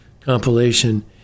compilation